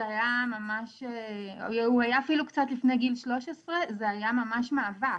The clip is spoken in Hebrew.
הוא אפילו ממש לפני גיל 13 וזה היה ממש מאבק.